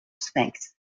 sphinx